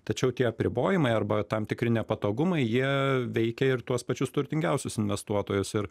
tačiau tie apribojimai arba tam tikri nepatogumai jie veikia ir tuos pačius turtingiausius investuotojus ir